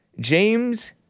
James